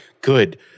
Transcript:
good